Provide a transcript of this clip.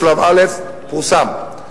שלב א' פורסם,